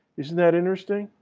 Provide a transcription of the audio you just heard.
isn't that interesting?